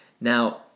Now